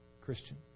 Christian